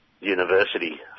university